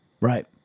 Right